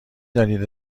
دانید